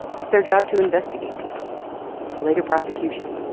it's their job to investigate people for later prosecution